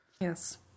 Yes